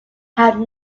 have